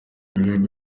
ibihugu